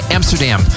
Amsterdam